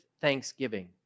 thanksgiving